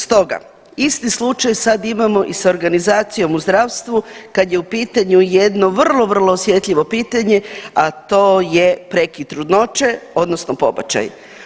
Stoga isti slučaj sad imamo i sa organizacijom u zdravstvu kad je u pitanju jedno vrlo, vrlo osjetljivo pitanje a to je prekid trudnoće, odnosno pobačaj.